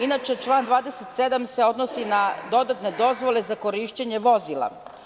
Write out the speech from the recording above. Inače, član 27. se odnosi na dodatne dozvole za korišćenje vozila.